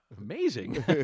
amazing